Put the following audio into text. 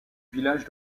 village